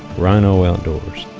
rhino outdoors